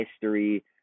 history